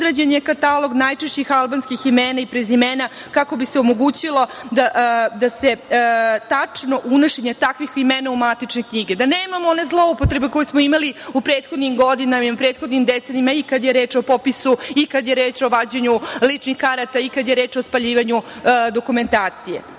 izrađen je katalog najčešćih albanskih imena i prezimena, kako bi se omogućilo tačno unošenje takvih imena u matične knjige, da nemamo one zloupotrebe koje smo imali u prethodnim godinama i u prethodnim decenijama, i kada je reč o popisu i kada je reč o vađenju ličnih karata i kada je reč o spaljivanju dokumentacije.U